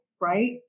right